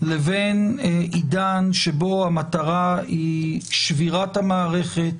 לבין עידן שבו המטרה היא שבירת המערכת,